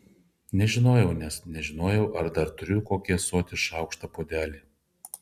nežinojau nes nežinojau ar dar turiu kokį ąsotį šaukštą puodelį